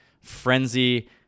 frenzy